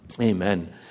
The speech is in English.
Amen